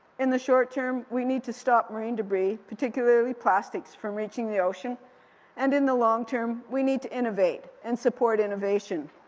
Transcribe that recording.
in the short term, we need to stop marine debris, particularly plastics, from reaching the ocean and in the long term, we need to innovate and support innovation,